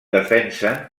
defensen